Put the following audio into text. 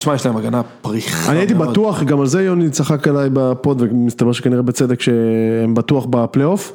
תשמע יש להם הגנה פריכה מאד. אני הייתי בטוח, גם על זה יוני צחק עליי בפוד ומסתבר שכנראה בצדק שהם בטוח בפלי אוף.